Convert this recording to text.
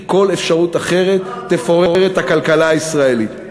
כי כל אפשרות אחרת תפורר את הכלכלה הישראלית.